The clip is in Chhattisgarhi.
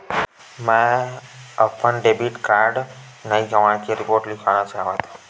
मेंहा अपन डेबिट कार्ड गवाए के रिपोर्ट लिखना चाहत हव